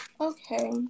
Okay